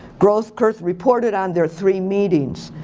groth kurth reported on their three meetings.